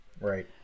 Right